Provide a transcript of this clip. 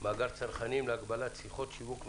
(מאגר צרכנים להגבלת שיחות שיווק מרחוק),